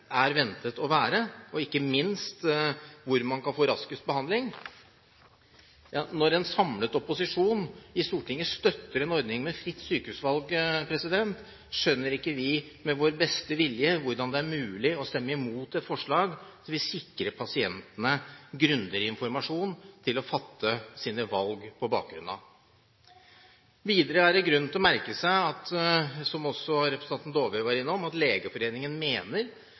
er ventet å være, og ikke minst hvor man kan få raskest behandling. Når en samlet opposisjon i Stortinget støtter en ordning med fritt sykehusvalg, skjønner ikke vi med vår beste vilje hvordan det er mulig å stemme imot et forslag som ville sikret pasientene grundigere informasjon som bakgrunn for å fatte sine valg. Videre er det grunn til å merke seg – som også representanten Dåvøy var innom – at Legeforeningen mener